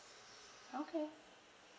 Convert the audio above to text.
okay